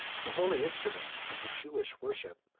the holy instruments of the jewish worship,